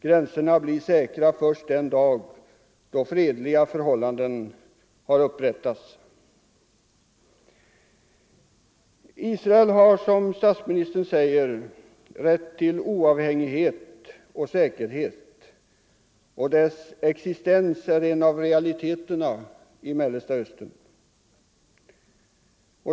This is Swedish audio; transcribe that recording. Gränserna blir — m.m. säkra först den dag då fredliga förhållanden har upprättats. Israel har, som statsministern säger, rätt till oavhängighet och säkerhet, och dess existens är en av realiteterna i Mellersta Östern.